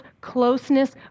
closeness